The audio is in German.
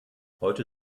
heute